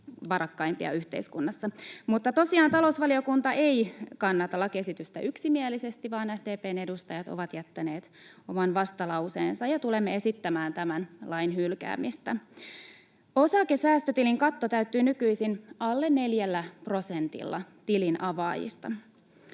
varakkaimpia yhteiskunnassa. Mutta tosiaan talousvaliokunta ei kannata lakiesitystä yksimielisesti, vaan SDP:n edustajat ovat jättäneet oman vastalauseensa, ja tulemme esittämään tämän lain hylkäämistä. Osakesäästötilin katto täyttyy nykyisin alle neljällä prosentilla tilin avaajista,